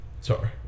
Sorry